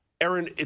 Aaron